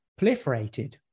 proliferated